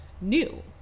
new